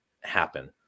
happen